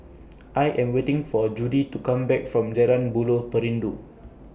I Am waiting For Judi to Come Back from Jalan Buloh Perindu